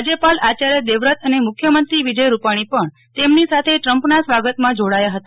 રાજ્યપાલ આચાર્ય દેવ વ્રત અને મુખ્યમંત્રી વિજય રૂપાણી પણ તેમની સાથે શ્રી ટ્રમ્પના સ્વાગત માં જોડાયા હતા